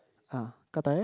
!huh! gah-dai leh